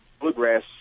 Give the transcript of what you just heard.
Bluegrass